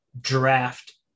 draft